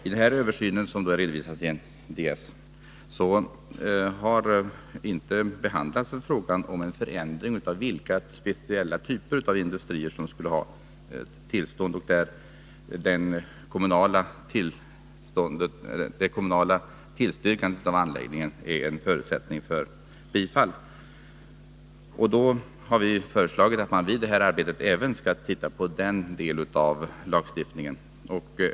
I den översyn som redovisats i Ds Bo 1980:2 har man inte behandlat frågan om en förändring när det gäller vilka speciella typer av industrier som skulle ha tillstånd och där det kommunala tillstyrkandet av anläggningen är en förutsättning för bifall. Vi har därför föreslagit att man i det fortsatta arbetet även skall se på den delen av lagstiftningen.